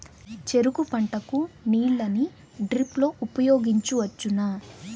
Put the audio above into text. చెరుకు పంట కు నీళ్ళని డ్రిప్ లో ఉపయోగించువచ్చునా?